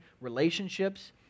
relationships